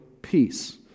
Peace